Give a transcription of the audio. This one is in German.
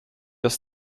aus